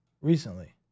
recently